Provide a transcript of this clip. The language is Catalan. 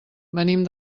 venim